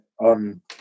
on